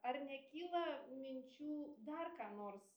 ar nekyla minčių dar ką nors